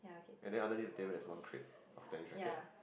and then underneath the table there's one crate of tennis racket